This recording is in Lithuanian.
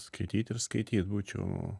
skaityt ir skaityt būčiau